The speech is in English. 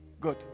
Good